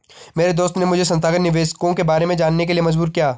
मेरे दोस्त ने मुझे संस्थागत निवेशकों के बारे में जानने के लिए मजबूर किया